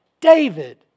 David